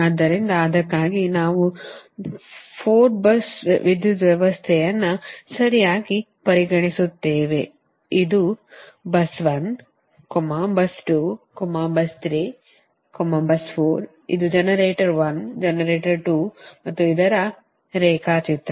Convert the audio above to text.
ಆದ್ದರಿಂದ ಅದಕ್ಕಾಗಿ ನಾವು 4 bus ವಿದ್ಯುತ್ ವ್ಯವಸ್ಥೆಯನ್ನು ಸರಿಯಾಗಿ ಪರಿಗಣಿಸುತ್ತೇವೆ ಮತ್ತು ಇದು bus 1 bus 2 bus 3 bus 4 ಇದು ಜನರೇಟರ್ 1 ಜನರೇಟರ್ 2 ಮತ್ತು ಇದರ ರೇಖಾಚಿತ್ರ